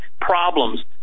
problems